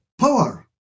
power